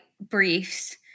briefs